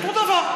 אותו דבר.